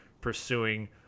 pursuing